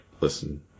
listen